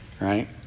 right